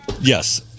Yes